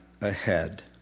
ahead